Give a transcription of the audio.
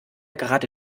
gerade